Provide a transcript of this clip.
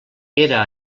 era